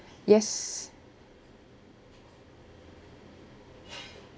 yes